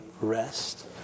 rest